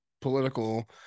political